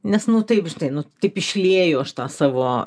nes nu taip žinai nu taip išlieju aš tą savo